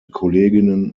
kolleginnen